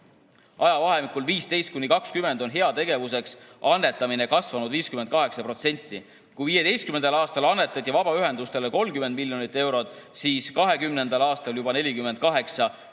Ajavahemikul 2015–2020 on heategevuseks annetamine kasvanud 58%. Kui 2015. aastal annetati vabaühendustele 30 miljonit eurot, siis 2020. aastal juba 48